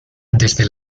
desde